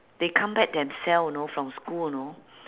they come back themselves you know from school know